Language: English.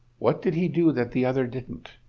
what did he do that the other didn't?